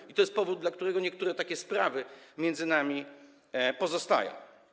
I to jest powód, dla którego niektóre takie sprawy między nami pozostają.